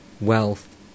wealth